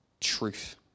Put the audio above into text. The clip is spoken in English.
truth